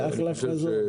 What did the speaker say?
זה אחלה חזון.